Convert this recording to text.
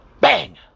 Bang